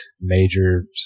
major